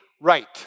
right